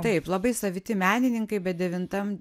taip labai saviti menininkai bet devintam